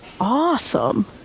awesome